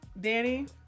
Danny